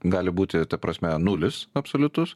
gali būti ta prasme nulis absoliutus